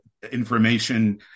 information